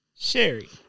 Sherry